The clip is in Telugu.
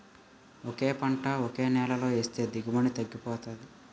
ఒకే పంట ఒకే నేలలో ఏస్తే దిగుబడి తగ్గిపోతాది